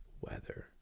Weather